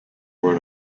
run